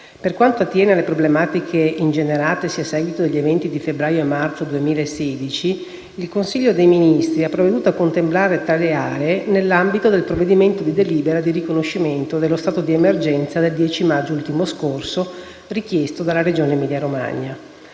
Per quanto attiene alle problematiche ingeneratesi a seguito degli eventi di febbraio e marzo 2016, il Consiglio dei ministri ha provveduto a contemplare tali aree nell'ambito del provvedimento di delibera di riconoscimento dello stato di emergenza del 10 maggio ultimo scorso richiesto dalla Regione Emilia-Romagna.